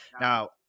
now